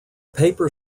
paper